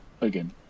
again